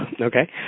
Okay